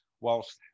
whilst